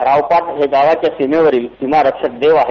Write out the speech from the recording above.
रावपाट हे गावाच्या सीमेवरील सीमारक्षक देव आहेत